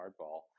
hardball